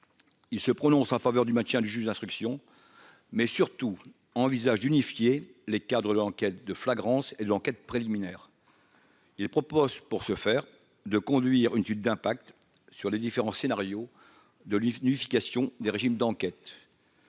il se prononce en faveur du maintien du juge d'instruction, mais surtout envisage d'unifier les cadres, l'enquête de flagrance l'enquête préliminaire. Il propose pour ce faire, de conduire une étude d'impact sur les différents scénarios de livres une unification des régimes d'enquête.